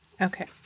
Okay